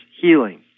healing